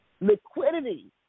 liquidity